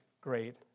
great